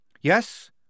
Yes